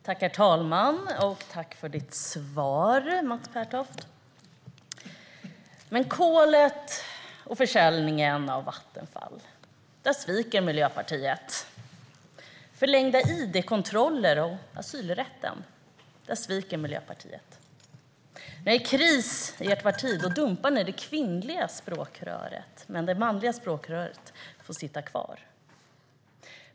Herr talman! Tack för ditt svar, Mats Pertoft! Med kolet och försäljningen av Vattenfall sviker Miljöpartiet. Beträffande förlängda id-kontroller och asylrätten sviker Miljöpartiet. När det är kris i ert parti dumpar ni det kvinnliga språkröret, men det manliga språkröret får sitta kvar.